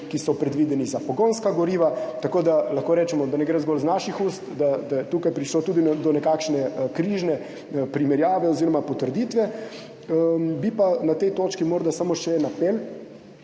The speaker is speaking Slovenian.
ki so predvideni za pogonska goriva. Tako da lahko rečemo, da ne gre zgolj iz naših ust, da je tukaj prišlo tudi do nekakšne križne primerjave oziroma potrditve. Bi pa [imel] na tej točki morda samo še en apel.